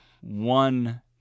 one